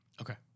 Okay